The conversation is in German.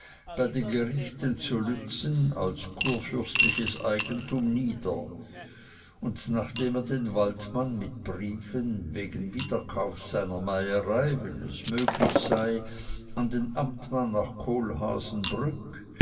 bei den gerichten zu lützen als kurfürstliches eigentum nieder und nachdem er den waldmann mit briefen wegen wiederkaufs seiner meierei wenn es möglich sei an den amtmann nach